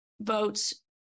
votes